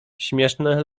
śmieszne